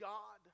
God